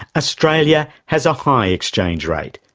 australia has a high exchange rate.